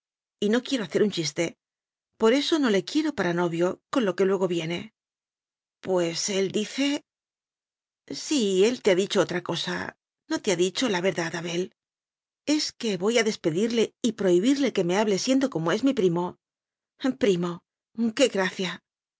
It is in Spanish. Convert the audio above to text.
primoy no quiero ha cer un chiste por eso no le quiero para no vio con lo que luego viene pues él dice si él te ha dicho otra cosa no te ha dicho la verdad abel es que voy a despedirle y prohibirle que me hable siendo como es mi primo primo qué gracia